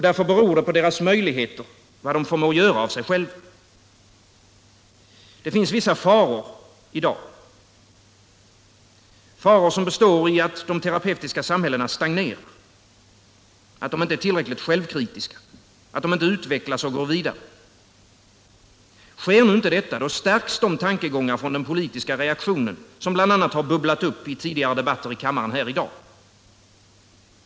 Därför beror deras möjligheter på vad de förmår göra av sig själva. Det finns vissa faror i dag, faror som består i att de terapeutiska samhällena stagnerar, att de inte är tillräckligt självkritiska, att de inte utvecklas och går vidare. Sker nu inte detta, då stärks de tankegångar från den politiska reaktionen som bl.a. har bubblat upp här i kammaren i dag.